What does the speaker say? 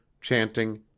chanting